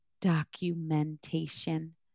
documentation